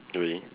really